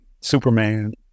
Superman